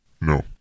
No